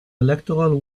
electoral